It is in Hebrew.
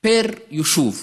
פר יישוב,